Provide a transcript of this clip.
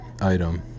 item